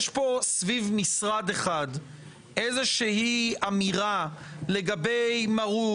סביב משרד אחד יש איזושהי אמירה לגבי מרות,